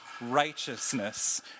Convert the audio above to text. righteousness